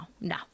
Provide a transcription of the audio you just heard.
no